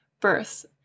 birth